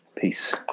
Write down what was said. peace